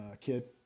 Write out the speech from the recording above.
kid